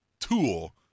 tool